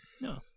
No